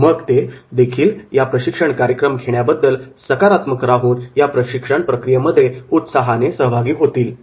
आणि मग ते देखील हा प्रशिक्षण कार्यक्रम घेण्याबद्दल सकारात्मक राहून या प्रशिक्षण प्रक्रियेमध्ये उत्साहाने सहभागी होतील